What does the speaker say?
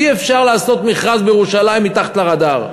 אי-אפשר לעשות מכרז בירושלים מתחת לרדאר.